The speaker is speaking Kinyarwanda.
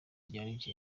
legends